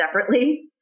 separately